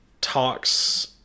talks